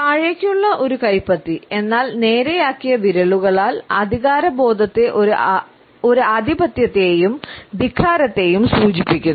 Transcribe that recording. താഴേയ്ക്കുള്ള ഒരു കൈപ്പത്തി എന്നാൽ നേരെയാക്കിയ വിരലുകളാൽ അധികാരബോധത്തെ ഒരു ആധിപത്യത്തെയും ധിക്കാരത്തെയും സൂചിപ്പിക്കുന്നു